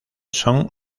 son